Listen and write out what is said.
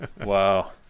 Wow